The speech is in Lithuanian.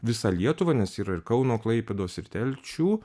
visą lietuvą nes yra ir kauno klaipėdos ir telšių